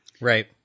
Right